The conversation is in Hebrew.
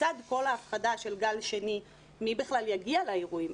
לצד כל ההפחדה של גל שני, מי בכלל יגיע לאירועים?